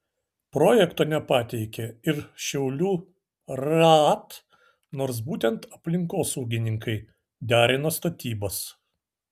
projekto nepateikė ir šiaulių raad nors būtent aplinkosaugininkai derino statybas